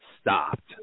stopped